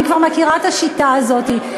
אני כבר מכירה את השיטה הזאת.